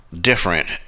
different